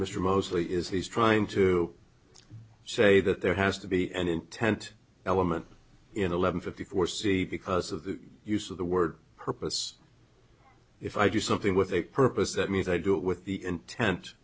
mr mosley is he's trying to say that there has to be an intent element in eleven fifty four c because of the use of the word purpose if i do something with a purpose that means i do it with the intent